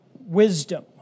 wisdom